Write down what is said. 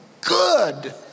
good